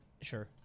sure